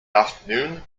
afternoon